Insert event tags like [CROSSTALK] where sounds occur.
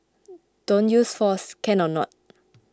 [NOISE] don't use force can or not